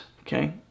Okay